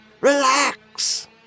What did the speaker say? Relax